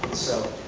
so,